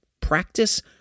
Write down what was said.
Practice